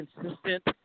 consistent